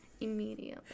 immediately